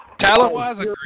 Talent-wise